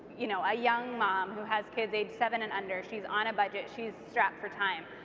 you know, a young mom who has kids age seven and under, she's on a budget, she's strapped for time.